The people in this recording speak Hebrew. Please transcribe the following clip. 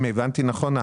אם הבנתי נכון,